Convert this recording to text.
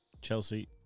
Chelsea